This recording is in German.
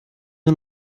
nur